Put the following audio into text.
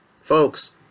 Folks